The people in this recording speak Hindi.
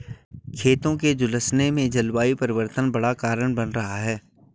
खेतों के झुलसने में जलवायु परिवर्तन बड़ा कारण बन रहा है